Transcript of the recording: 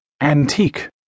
Antique